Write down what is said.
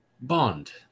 Bond